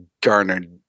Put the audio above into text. garnered